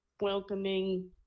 welcoming